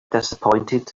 disappointed